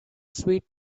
sweet